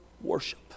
Worship